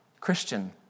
Christian